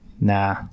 Nah